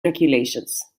regulations